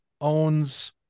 owns